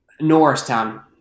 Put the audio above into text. Norristown